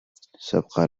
سأبقى